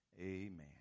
Amen